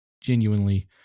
genuinely